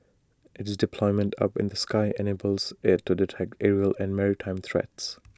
it's deployment up in the sky enables IT to detect aerial and maritime threats